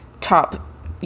top